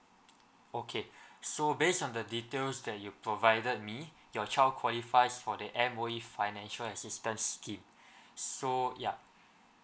okay so based on the details that you provided me your child qualifies for the M_O_E financial assistance scheme so ya